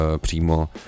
přímo